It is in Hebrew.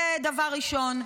זה דבר ראשון,